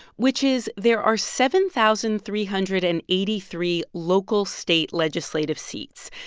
which is there are seven thousand three hundred and eighty three local state legislative seats.